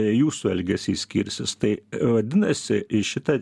jūsų elgesys skirsis tai vadinasi į šitą